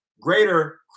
greater